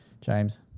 James